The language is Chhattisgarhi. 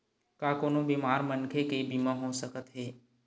का कोनो बीमार मनखे के बीमा हो सकत हे?